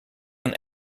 een